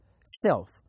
self